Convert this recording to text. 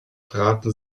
traten